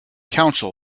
council